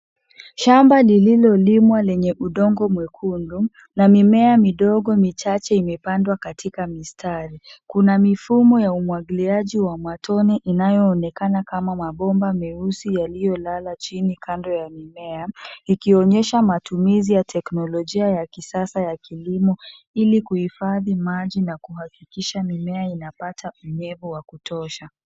Shamba lililolimwa lenye udongo mwekundu na mimea midogo michache imepandwa katika mistari. Kuna mifumo ya umwagiliaji wa matone inayoonekana kama mabomba meusi yaliyolala chini kando ya mimea ikionyesha matumizi ya teknolojia ya kisasa ya kilimo ili kuhifadhi maji na kuhakikisha mimea inapata unyevu wa kutosha.